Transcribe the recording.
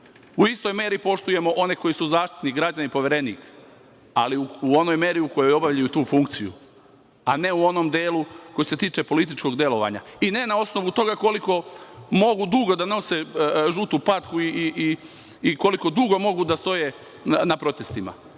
U istoj meri poštujemo oni koji su Zaštitnik građana i Poverenik, ali u onoj meri u kojoj obavljaju tu funkciju, a ne u onom delu koji se tiče političkog delovanja i ne na osnovu toga koliko mogu dugo da nose žutu patko i koliko dugo mogu da stoje na protestima.